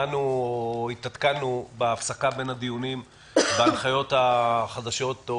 התעדכנו בהפסקה בין הדיונים בהנחיות החדשות,